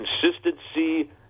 consistency